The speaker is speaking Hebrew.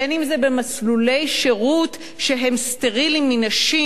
בין שזה במסלולי שירות שהם סטריליים מנשים.